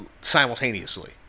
simultaneously